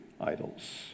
idols